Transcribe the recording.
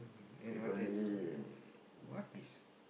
then what else is over here what is